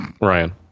ryan